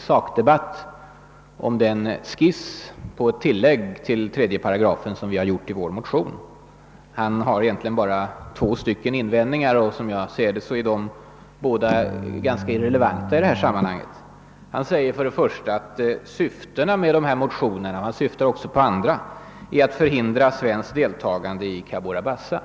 sakdebatt om den skiss till ett tillägg till 3 § som vi har gjort i vår motion. Han har egentligen bara två invändningar. Som jag ser det är båda ganska irrelevanta. Han säger först att syftena med motionerna — han hänvisar också till de andra — är att förhindra svenskt deltagande i Cabora Bassa.